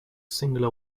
singular